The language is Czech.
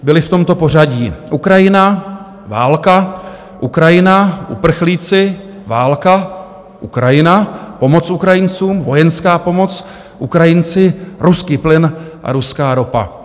Byly v tomto pořadí: Ukrajina válka, Ukrajina uprchlíci, válka, Ukrajina pomoc Ukrajincům, vojenská pomoc, Ukrajinci ruský plyn a ruská ropa.